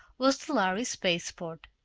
was the lhari spaceport.